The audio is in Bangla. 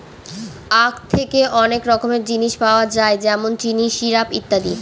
আঁখ থেকে অনেক রকমের জিনিস পাওয়া যায় যেমন চিনি, সিরাপ, ইত্যাদি